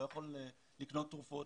לא יכול לקנות תרופות,